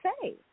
say